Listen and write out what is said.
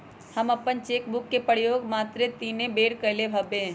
हम अप्पन check book के प्रयोग मातरे तीने बेर कलियइ हबे